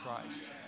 Christ